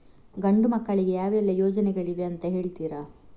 ಗಂಡು ಮಕ್ಕಳಿಗೆ ಯಾವೆಲ್ಲಾ ಯೋಜನೆಗಳಿವೆ ಅಂತ ಹೇಳ್ತೀರಾ?